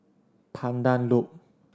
Pandan Loop